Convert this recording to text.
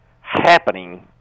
happening